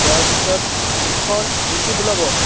ইয়াৰ পিছত যোনখন ৰিচিপ্ট ওলাব